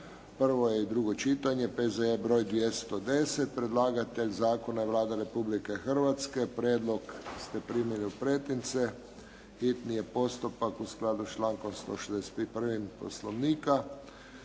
prvo i drugo čitanje, P.Z.E. br. 210 Predlagatelj zakona je Vlada Republike Hrvatske. Prijedlog ste primili u pretince. Hitni je postupak u skladu sa člankom 161. Poslovnika.